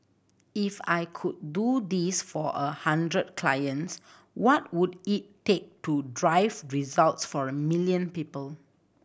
if I could do this for a hundred clients what would it take to drive results for a million people